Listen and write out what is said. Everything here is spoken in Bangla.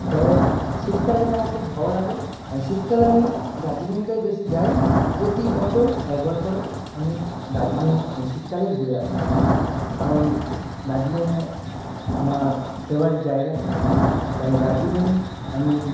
তবে শীতকালটাই আমার খুব ভালো লাগে আমি শীতকালে আমি দার্জিলিংটাই বেশি যাই প্রতি বছর একবার করে আমি দার্জিলিঙে এই শীতকালেই ঘুরে আসি কারণ দার্জিলিঙে আমার ফেভারিট জায়গা তাই দার্জিলিং আমি